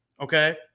Okay